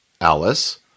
Alice